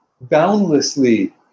boundlessly